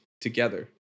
together